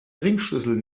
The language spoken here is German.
ringschlüssel